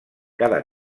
cada